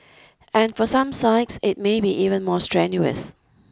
and for some sites it may be even more strenuous